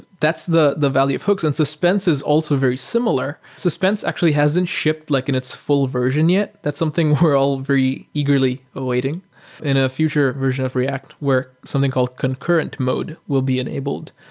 that's the the value of hooks. and suspense is also very similar. suspense actually hasn't shipped like in its full version yet. that's something we're all very eagerly awaiting in a future version of react where something called concurrent mode will be enabled.